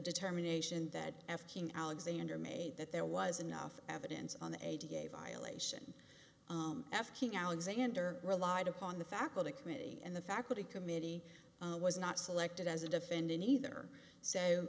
determination that f king alexander made that there was enough evidence on the eighty a violation f king alexander relied upon the faculty committee and the faculty committee was not selected as a defendant either so